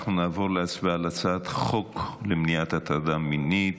אנחנו נעבור להצבעה על הצעת חוק למניעת הטרדה מינית